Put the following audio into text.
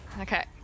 Okay